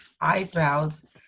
eyebrows